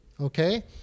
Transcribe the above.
okay